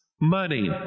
money